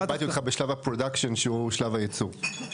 אני איבדתי אותך בשלב ה"פרודקשן" שהוא שלב הייצור.